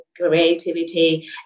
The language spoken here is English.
creativity